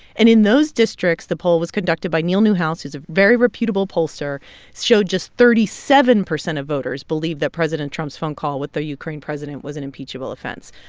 and in those districts, the poll was conducted by neil newhouse, who's a very reputable pollster showed just thirty seven percent of voters believe that president trump's phone call with the ukraine president was an impeachable offense.